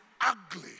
ugly